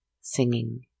singing